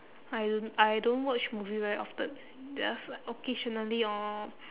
I don't I don't watch movie very often just like occasionally or